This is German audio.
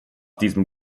diesem